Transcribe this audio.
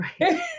Right